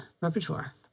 repertoire